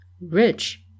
Rich